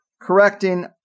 correcting